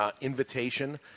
Invitation